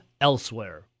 elsewhere